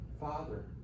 father